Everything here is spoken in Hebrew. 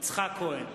יצחק כהן,